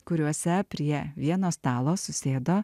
kuriuose prie vieno stalo susėdo